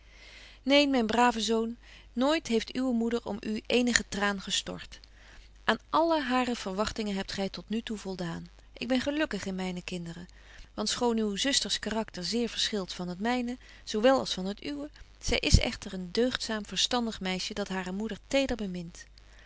neen myn brave zoon nooit heeft uwe moeder om u een eenige traan gestort aan alle hare verwagtingen hebt gy tot nu toe voldaan ik ben gelukkig in myne kinderen want schoon uw zusters karakter zeer verschilt van het myne zo wel als van het uwe zy is echter een deugdzaam verstandig meisje dat hare moeder teder bemint